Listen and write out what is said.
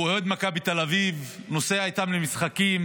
הוא אוהד מכבי תל אביב, נוסע איתם למשחקים,